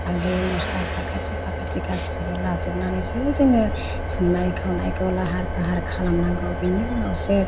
हालदै मस्ला साखाथि फाखाथि गासिबो लाजोबनानैसो जोङो संनाय खावनायखौ लाहार फाहार खालामनांगौ बिनि उनावसो